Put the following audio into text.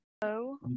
hello